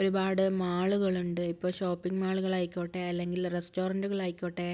ഒരുപാട് മാളുകളുണ്ട് ഇപ്പോൾ ഷോപ്പിംഗ് മാളുകളായിക്കോട്ടെ അല്ലെങ്കിൽ റെസ്റ്റോറൻറ്റുകളായിക്കോട്ടെ